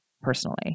personally